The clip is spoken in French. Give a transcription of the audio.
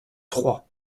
trois